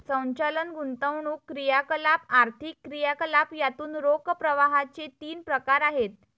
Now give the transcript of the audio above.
संचालन, गुंतवणूक क्रियाकलाप, आर्थिक क्रियाकलाप यातून रोख प्रवाहाचे तीन प्रकार आहेत